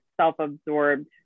self-absorbed